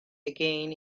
again